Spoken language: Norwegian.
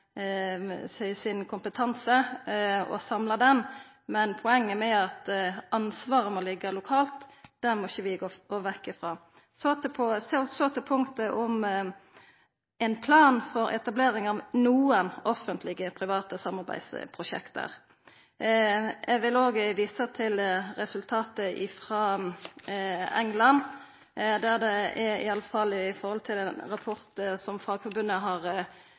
si side at det er på gang ei vurdering av eit nasjonalt føretak for sjukehusplanlegging. Det kan vera eit poeng at ein kan nytta kvarandre sin kompetanse og samla han, men poenget med at ansvaret må ligga lokalt, må vi ikkje gå vekk ifrå. Så til forslaget om ein plan for etablering av nokre offentleg–private samarbeidsprosjekt. Eg vil òg visa til resultatet frå England. I ein rapport som Fagforbundet har